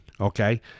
Okay